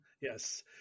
Yes